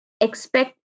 expect